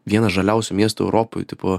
vienas žaliausių miestų europoj tipo